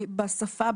בשפה,